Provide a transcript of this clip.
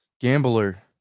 gambler